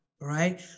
right